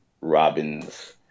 Robin's